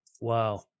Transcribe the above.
Wow